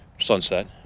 sunset